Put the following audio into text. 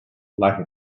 like